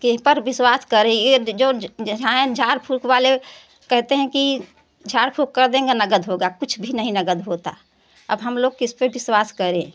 किस पर विश्वास करें यह जो ज़ाहे झाड़ फूक वाले कहते हैं कि झाड़ फूक कर देंगे नगद होगा कुछ भी नही नगद हुआ अब हम लोग किस पर विश्वास करें